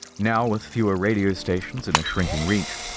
now with fewer radio stations and a shrinking reach,